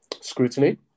scrutiny